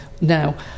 now